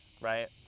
right